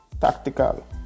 tactical